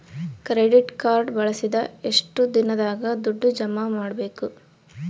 Credit card ಬಳಸಿದ ಎಷ್ಟು ದಿನದಾಗ ದುಡ್ಡು ಜಮಾ ಮಾಡ್ಬೇಕು?